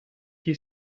gli